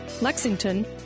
Lexington